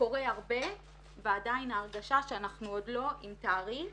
קורה הרבה ועדיין ההרגשה שאנחנו עוד לא עם תאריך